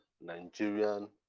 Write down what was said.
Nigerian